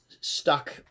stuck